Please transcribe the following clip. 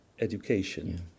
education